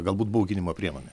galbūt bauginimo priemonė